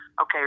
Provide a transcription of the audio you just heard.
okay